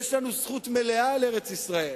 יש לנו זכות מלאה על ארץ-ישראל.